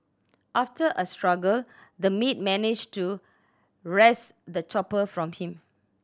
after a struggle the maid managed to wrest the chopper from him